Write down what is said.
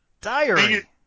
diary